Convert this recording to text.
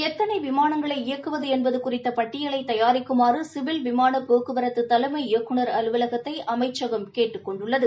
எத்தனைவிமானங்களை இயக்குவதுஎன்பதுகுறித்தபட்டியலைதயாரிக்குமாறுசிவில் விமானபோக்குவரத்துதலைமை இயக்குநர் அலுவலகத்தை அமைச்சகம் கேட்டுக் கொண்டுள்ளது